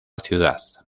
ciudad